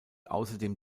außerdem